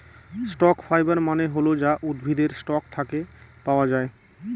stock fibre মানে হল যা উদ্ভিদের স্টক থাকে পাওয়া যায়